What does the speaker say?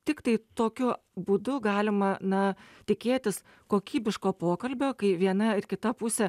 tiktai tokiu būdu galima na tikėtis kokybiško pokalbio kai viena ir kita pusė